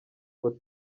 ngo